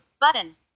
Button